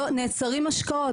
נעצרים השקעות,